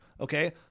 Okay